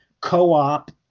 co-op